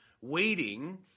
Waiting